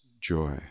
joy